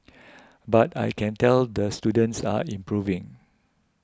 but I can tell the students are improving